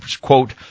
quote